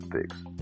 fix